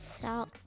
South